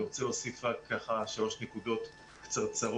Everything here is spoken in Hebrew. אני רוצה להוסיף רק שלוש נקודות קצרצרות.